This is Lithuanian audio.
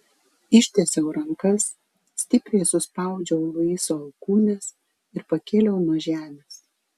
ištiesiau rankas stipriai suspaudžiau luiso alkūnes ir pakėliau nuo žemės